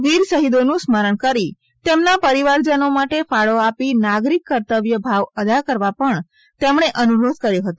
વીર શહીદોનું સ્મરણ કરી તેમના પરીવારજનો માટે ફાળો આપી નાગરીક કર્તવ્ય ભાવ અદા કરવા પણ તેમણે અનુરોધ કર્યો હતો